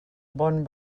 bon